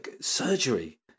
surgery